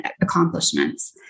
accomplishments